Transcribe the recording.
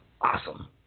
awesome